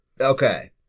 Okay